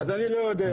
אז אני לא יודע.